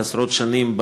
עשרות שנים,